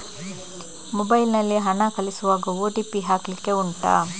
mobile ನಲ್ಲಿ ಹಣ ಕಳಿಸುವಾಗ ಓ.ಟಿ.ಪಿ ಹಾಕ್ಲಿಕ್ಕೆ ಉಂಟಾ